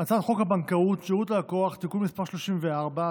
הבנקאות (שירות ללקוח) (תיקון מס' 34),